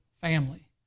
family